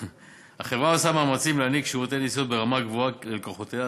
החברה עושה מאמצים להעניק שירותי נסיעות ברמה גבוהה ללקוחותיה,